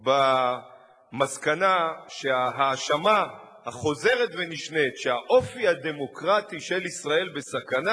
במסקנה שההאשמה החוזרת ונשנית שהאופי הדמוקרטי של ישראל בסכנה,